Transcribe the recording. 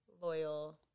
Loyal